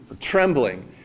trembling